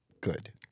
good